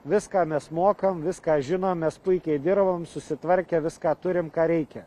viską mes mokam viską žinom mes puikiai dirbam susitvarkę viską turim ką reikia